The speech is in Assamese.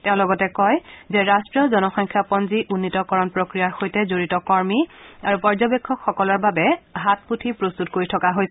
তেওঁ লগতে কয় যে ৰাষ্ট্ৰীয় জনসংখ্যাপঞ্জী উন্নীতকৰণ প্ৰক্ৰিয়াৰ সৈতে জড়িত কৰ্মী আৰু পৰ্য্যবেক্ষকসকলৰ বাবে হাতপুথি প্ৰস্তুত কৰি থকা হৈছে